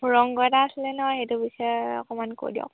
ৰংঘৰ এটা আছিলে নহয় সেইটো বিষয়ে অকণমান কৈ দিয়ক